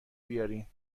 بیارین